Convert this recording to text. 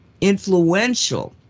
influential